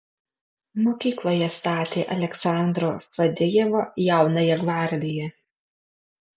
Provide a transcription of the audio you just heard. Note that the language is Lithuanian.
mokykloje statė aleksandro fadejevo jaunąją gvardiją